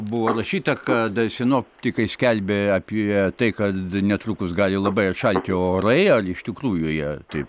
buvo rašyta kad sinoptikai skelbė apie tai kad netrukus gali labai atšalti orai ar iš tikrųjų jie taip